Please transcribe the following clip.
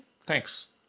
Thanks